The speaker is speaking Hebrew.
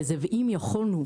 ואם יכולנו,